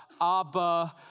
Abba